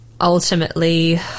ultimately